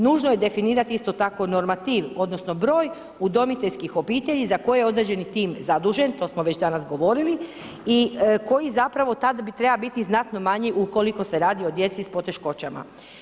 Nužno je definirati isto tako normativ, odnosno broj udomiteljskih obitelji za koje je određeni tim zadužen, to smo već danas govorili i koji zapravo tad treba biti znatno manji ukoliko se radi o djeci s poteškoćama.